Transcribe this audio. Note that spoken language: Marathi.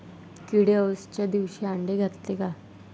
किडे अवसच्या दिवशी आंडे घालते का?